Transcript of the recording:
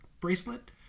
bracelet